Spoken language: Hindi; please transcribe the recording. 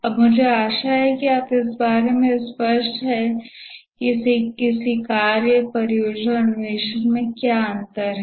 अब मुझे आशा है कि हम इस बारे में स्पष्ट हैं कि किसी कार्य परियोजना और अन्वेषण में क्या अंतर है